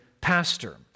pastor